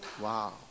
wow